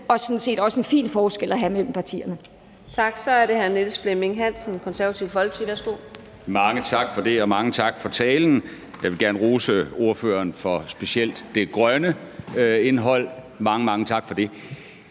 er sådan set også en fin forskel at have mellem partierne.